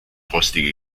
rostige